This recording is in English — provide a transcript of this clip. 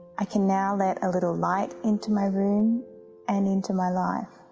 i can now let a little light into my room and into my life.